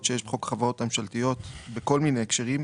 שיש בחוק החברות הממשלתיות בכל מיני הקשרים.